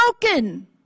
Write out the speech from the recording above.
broken